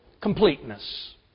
completeness